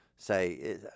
say